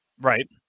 Right